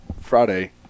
friday